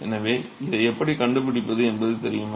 எனவே இதை எப்படி கண்டுபிடிப்பது என்பது தெரியுமா